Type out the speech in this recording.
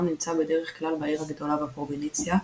נמצא בדרך כלל בעיר הגדולה בפרובינציה,